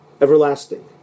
everlasting